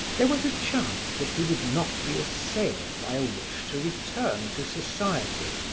there was a chance that he would not be assailed by a wish to return to society,